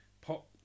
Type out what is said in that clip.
pop